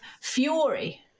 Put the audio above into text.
fury